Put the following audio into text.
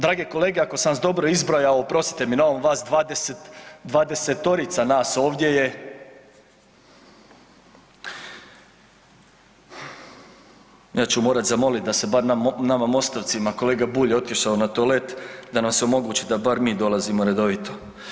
Drage kolege, ako sam vas dobro izbrojao, oprostite mi na ovom, vas dvadesetorica nas ovdje je, ja ću morat zamolit da se bar nama Mostovcima, kolega Bulj je otišao na toalet, da nam se omogući da bar mi dolazimo redovito.